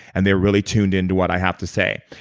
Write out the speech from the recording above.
and they're really tuned in to what i have to say.